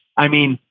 i mean,